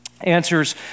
answers